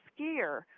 skier